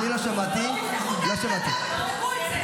גלעד קריב (העבודה):